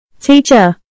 Teacher